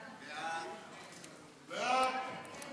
חוק